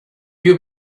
you